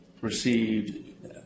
received